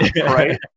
Right